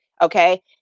Okay